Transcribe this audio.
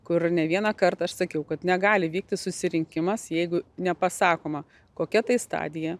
kur ne vieną kartą aš sakiau kad negali vykti susirinkimas jeigu nepasakoma kokia tai stadija